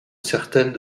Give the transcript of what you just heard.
certaines